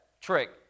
trick